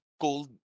gold